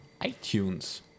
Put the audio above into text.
iTunes